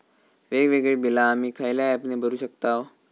वेगवेगळी बिला आम्ही खयल्या ऍपने भरू शकताव?